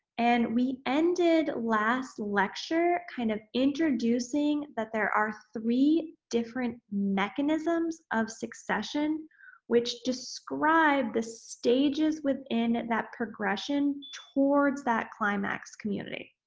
and we ended last lecture kind of introducing that there are three different mechanisms of succession which describe the stages within that progression towards that climax community